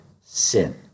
sin